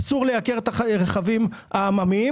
אסור לייקר את הרכבים העממיים.